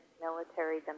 military